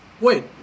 Wait